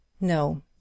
No